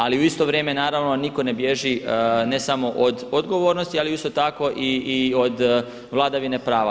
Ali u isto vrijeme naravno nitko ne bježi ne samo od odgovornosti ali isto tako i od vladavine prava.